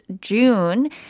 June